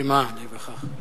במה להיווכח?